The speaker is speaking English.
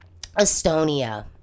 Estonia